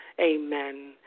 Amen